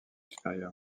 supérieures